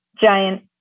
giant